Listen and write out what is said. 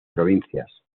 provincias